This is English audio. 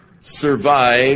survive